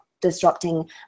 disrupting